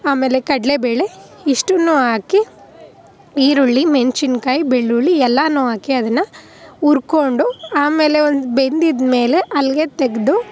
ಆಮೇಲೆ ಕಡಲೆ ಬೇಳೆ ಇಷ್ಟನ್ನೂ ಹಾಕಿ ಈರುಳ್ಳಿ ಮೆಣ್ಸಿನ ಕಾಯಿ ಬೆಳ್ಳುಳ್ಳಿ ಎಲ್ಲನೂ ಹಾಕಿ ಅದನ್ನು ಉರ್ಕೊಂಡು ಆಮೇಲೆ ಒಂದು ಬೆಂದಿದ್ದ ಮೇಲೆ ಅಲ್ಲಿಗೆ ತೆಗೆದು